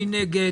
מי נגד?